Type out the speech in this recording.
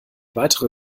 weitere